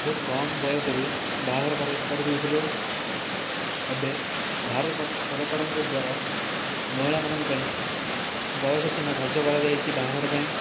ବହୁତ କମ୍ ବୟସରୁ ବାହାଘର କର କରି ଦେଉଥିଲେ ଏବେ ଭାରତ ସରକାରଙ୍କ ଦ୍ୱାରା ମହିଳାମାନଙ୍କ ପାଇଁ ବୟସ ସୀମା ଧାର୍ଯ୍ୟ କରାଯାଇଛି ବାହାଘର ପାଇଁ